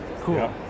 Cool